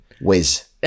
Whiz